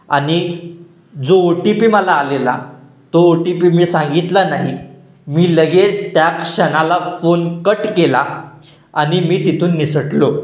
आणि जो OTP मला आलेला तो ओ टी पी मी सांगितला नाही मी लगेच त्या क्षणाला फोन कट केला आणि मी तिथून निसटलो